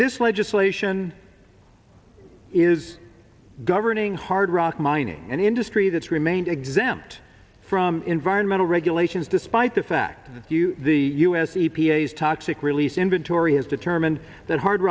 this legislation is governing hard rock mining and industry that's remained exempt from environmental regulations despite the fact that you the u s the p a s toxic release inventory is determined that hard